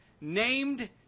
named